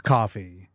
Coffee